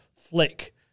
flick